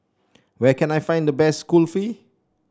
where can I find the best Kulfi